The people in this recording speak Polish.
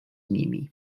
nimi